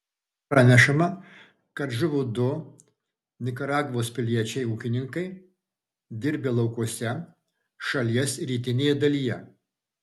pranešama kad žuvo du nikaragvos piliečiai ūkininkai dirbę laukuose šalies rytinėje dalyje